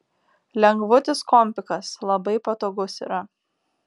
lengvutis kompikas labai patogus yra